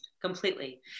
Completely